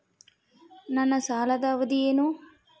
ನನ್ನ ಸಾಲದ ಅವಧಿ ಏನು?